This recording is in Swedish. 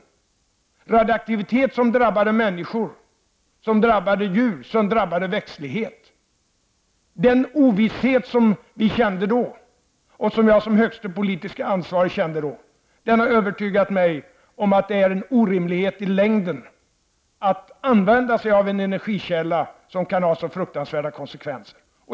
Det var radioaktivitet som drabbade människor, djur och växtlighet. Den ovisshet som vi kände då — och som jag som högste politiskt ansvarig upplevde då — har övertygat mig om att det är en orimlighet att i längden använda en energikälla som kan ha så fruktansvärda konsekvenser.